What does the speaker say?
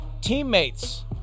teammates –